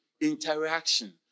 interaction